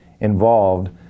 involved